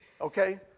Okay